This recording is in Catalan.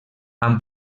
han